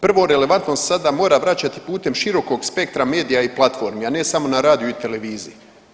Prvo, relevantnost sad mora vraćati putem širokog spektra medija i platformi a ne samo na radiju i televiziji.